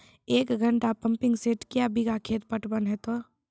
एक घंटा pumping set क्या बीघा खेत पटवन है तो?